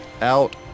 out